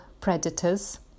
predators